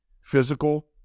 physical